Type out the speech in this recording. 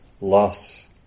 loss